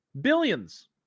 Billions